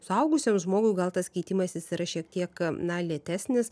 suaugusiam žmogui gal tas keitimasis yra šiek tiek na lėtesnis